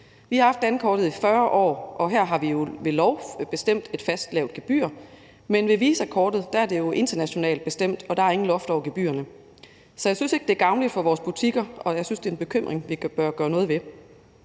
Vi har haft dankortet i 40 år, og her har vi ved lov bestemt et fast lavt gebyr, men ved VISA-kortet er det jo internationalt bestemt, og der er intet loft over gebyrerne. Så jeg synes ikke, at det er gavnligt for vores butikker, og jeg synes, det er noget, vi bør gøre noget ved.